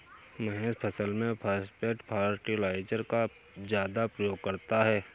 महेश फसल में phosphate fertiliser का ज्यादा प्रयोग करता है